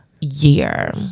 year